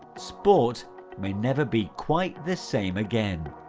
sport may never be quite the same again.